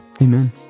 Amen